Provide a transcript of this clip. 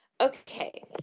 okay